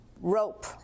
rope